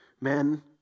Men